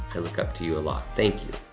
i look up to you a lot. thank you.